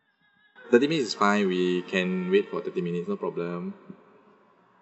thirty minutes is fine we can wait for thirty minutes no problem